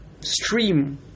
stream